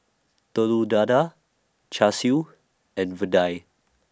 Telur Dadah Char Siu and Vadai